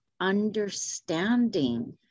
understanding